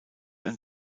ein